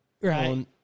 Right